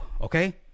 Okay